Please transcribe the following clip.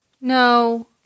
No